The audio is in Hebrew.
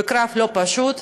בקרב לא פשוט.